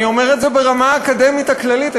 אני אומר את זה ברמה האקדמית הכללית.